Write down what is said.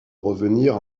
revenir